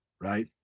right